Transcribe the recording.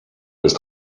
jest